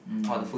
mm